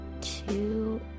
Two